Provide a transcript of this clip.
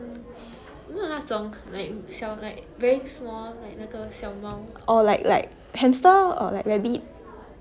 or like like hamster or like rabbit